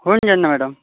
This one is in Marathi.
होऊन जाईल ना मॅडम